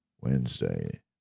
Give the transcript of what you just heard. Wednesday